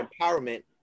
empowerment